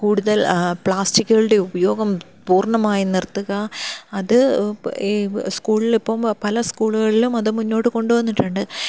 കൂടുതൽ പ്ലാസ്റ്റിക്കുകളുടെ ഉപയോഗം പൂർണ്ണമായി നിർത്തുക അത് സ്കൂളിൽ ഇപ്പം പല സ്കൂളുകളിലും അത് മുന്നോട്ട് കൊണ്ടു വന്നിട്ടുണ്ട്